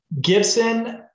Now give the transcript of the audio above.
Gibson